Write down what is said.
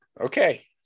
okay